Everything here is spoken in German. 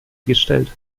gestellt